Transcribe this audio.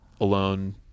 alone